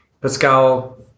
Pascal